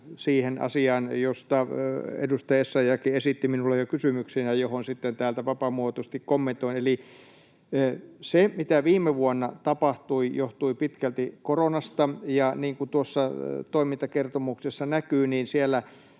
siihen asiaan, josta edustaja Essayahkin esitti minulle jo kysymyksen ja johon sitten täältä vapaamuotoisesti kommentoin. Eli se, mitä viime vuonna tapahtui, johtui pitkälti koronasta. Ja niin kuin tuossa toimintakertomuksessa näkyy, siellä